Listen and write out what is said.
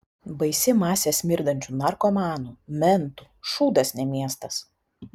baisi masė smirdančių narkomanų mentų šūdas ne miestas